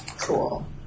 Cool